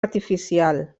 artificial